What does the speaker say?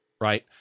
right